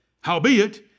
Howbeit